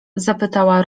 zapytała